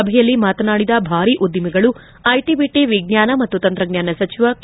ಸಭೆಯಲ್ಲಿ ಮಾತನಾಡಿದ ಭಾರೀ ಉದ್ದಿಮೆಗಳು ಐಟ ಬಿಟ ವಿಜ್ವಾನ ಮತ್ತು ತಂತ್ರಜ್ವಾನ ಸಚಿವ ಕೆ